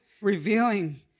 revealing